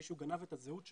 מישהו גנב את הזהות שלו,